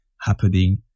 happening